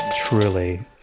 Truly